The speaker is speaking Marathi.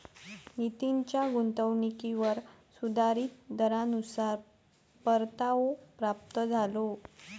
नितीनच्या गुंतवणुकीवर सुधारीत दरानुसार परतावो प्राप्त झालो